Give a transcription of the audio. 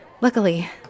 luckily